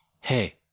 Hey